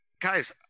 guys